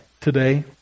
today